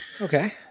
Okay